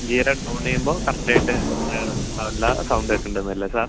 gear on ചെയ്യുമ്പോൾ correct ആയിട്ട് അതിൽനിന്ന് നല്ല സൗണ്ട് കേക്കുന്ന് ഉണ്ട് അല്ലേ സാർ